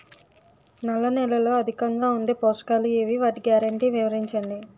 నల్ల నేలలో అధికంగా ఉండే పోషకాలు ఏవి? వాటి గ్యారంటీ వివరించండి?